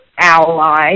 Allies